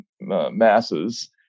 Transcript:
masses